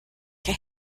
que